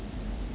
mmhmm